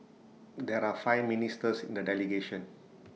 there are five ministers in the delegation